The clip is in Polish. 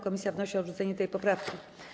Komisja wnosi o odrzucenie tej poprawki.